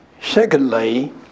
secondly